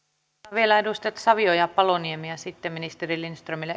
vielä edustajat savio ja paloniemi ja sitten ministeri lindströmille